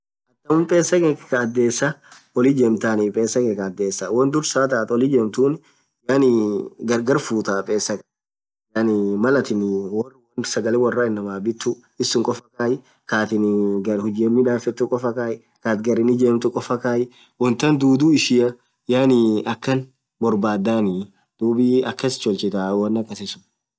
Dhub pesa khankee Kaa adhesaa oll ijemthan pesa khankee Kaa adhesa wonn dhursaa thaa athin oll ijemthu yaani gargar futhaa pes khan yaani Mal atin sagale worr inamaa bithu suun khofaa khai kaaa athin huji midhafethu khofaa kaai khaa atin garin ijemthu khofaa kaai wonthan dhudhu ishia yaani akhan borbadhni dhub akas tochitah. won akasisun